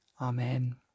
Amen